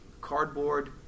cardboard